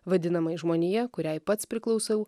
vadinamai žmonija kuriai pats priklausau